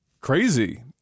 crazy